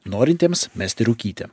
norintiems mesti rūkyti